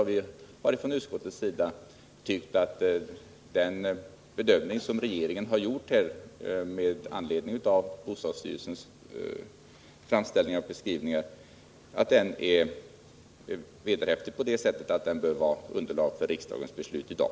Vi har från utskottets sida tyckt att den bedömning som regeringen har gjort med anledning av bostadsstyrelsens framställningar och beskrivningar är vederhäftig och bör vara underlag för riksdagens beslut i dag.